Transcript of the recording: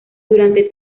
durante